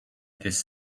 this